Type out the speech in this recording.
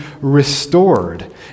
restored